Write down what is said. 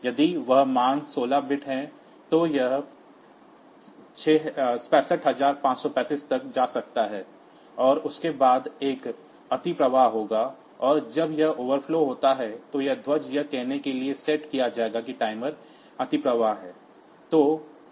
यदि वह मान 16 बिट है तो यह 65535 तक जा सकता है और उसके बाद एक ओवरफ्लो होगा और जब वह अंडरफ्लो होता है तो यह ध्वज यह कहने के लिए सेट किया जाएगा कि टाइमर ओवरफ्लो है